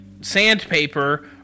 sandpaper